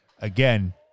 again